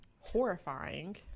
horrifying